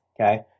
Okay